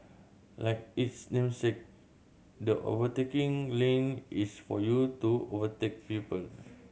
like its namesake the overtaking lane is for you to overtake people